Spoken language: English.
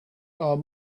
are